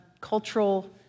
cultural